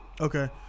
Okay